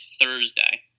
Thursday